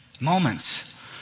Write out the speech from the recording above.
Moments